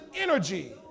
energy